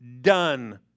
done